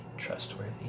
trustworthy